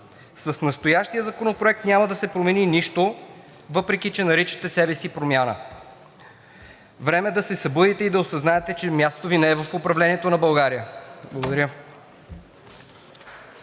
С настоящия законопроект няма да се промени нищо, въпреки че наричате себе си Промяна. Време е да се събудите и да осъзнаете, че мястото Ви не е в управлението на България! Благодаря.